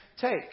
take